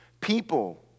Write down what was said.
people